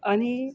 અને